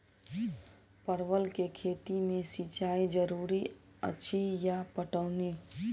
परवल केँ खेती मे सिंचाई जरूरी अछि या पटौनी?